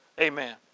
Amen